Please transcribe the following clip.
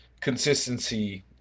consistency